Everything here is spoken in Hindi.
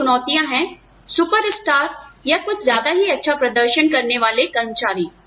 इसकी चुनौतियां हैं सुपरस्टार या कुछ ज्यादा ही अच्छा प्रदर्शन करने वाले कर्मचारी